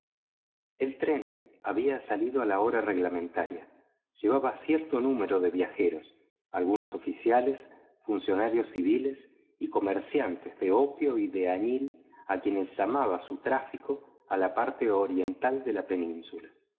el tren había salido a la hora reglamentaria llevaba cierto número de viajeros algunos oficiales funcionarios civiles y comerciantes de opio y de añil a quienes llamaba su tráfico a la parte oriental de la península